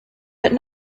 but